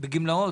אתה בגמלאות?